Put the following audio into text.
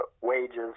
wages